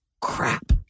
crap